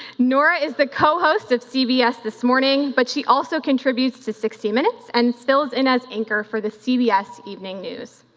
nora is the co-host of cbs this morning but she also contributes to sixty minutes and fills in as anchor for the cbs evening news.